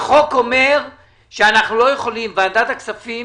החוק אומר שאנחנו לא יכולים ועדת הכספים